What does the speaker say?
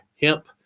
hemp